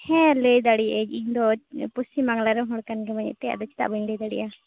ᱦᱮᱸ ᱞᱟᱹᱭ ᱫᱟᱲᱮᱭᱟᱹᱜ ᱟᱹᱧ ᱤᱧᱫᱚ ᱯᱚᱥᱪᱤᱢ ᱵᱟᱝᱞᱟ ᱨᱮᱱ ᱦᱚᱲ ᱠᱟᱱ ᱜᱮᱭᱟᱹᱧ ᱮᱱᱛᱮᱫ ᱟᱫᱚ ᱪᱮᱫᱟᱜ ᱵᱟᱹᱧ ᱞᱟᱹᱭ ᱫᱟᱲᱮᱭᱟᱜᱼᱟ